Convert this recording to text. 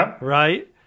right